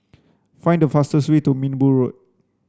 find the fastest way to Minbu Road